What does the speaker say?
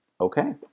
Okay